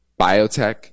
biotech